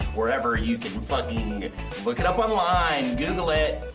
wherever you can fucking look it up online! google it!